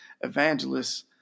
evangelists